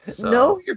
no